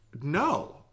No